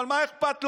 אבל מה אכפת לו?